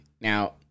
Now